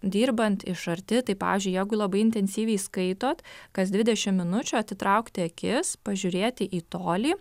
dirbant iš arti tai pavyzdžiui jeigu labai intensyviai skaitot kas dvidešim minučių atitraukti akis pažiūrėti į tolį